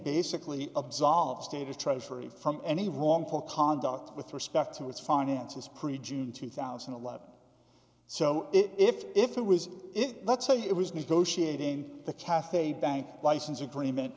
basically absolved status treasury from any wrong for conduct with respect to its finances pre june two thousand and eleven so it if if it was it let's say it was negotiating the cafe bank license agreement